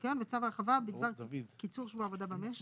ערך שעה לעובד ניקיון שמועסק 6 ימים בשבוע (באחוזים/שקלים חדשים)